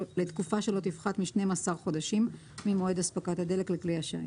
לתקופה שלא תפחת משניים-עשר חודשים ממועד אספקת הדלק לכלי השיט".